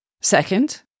Second